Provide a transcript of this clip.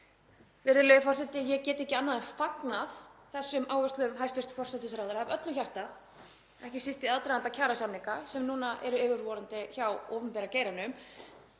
Virðulegi forseti. Ég get ekki annað en fagnað þessum áherslum hæstv. forsætisráðherra af öllu hjarta, ekki síst í aðdraganda kjarasamninga sem núna eru yfirvofandi hjá opinbera geiranum.